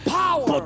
power